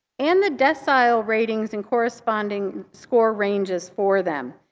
and the decile ratings and corresponding score ranges for them.